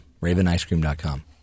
Ravenicecream.com